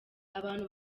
abantu